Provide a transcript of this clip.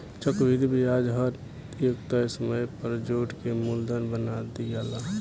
चक्रविधि ब्याज हर एक तय समय पर जोड़ के मूलधन बना दियाला